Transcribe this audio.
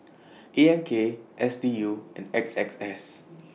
A M K S D U and A X S